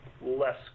less